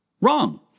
wrong